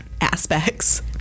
aspects